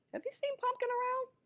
have you seen pumpkin around?